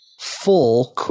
full